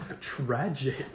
Tragic